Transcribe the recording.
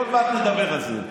עוד מעט נדבר על זה.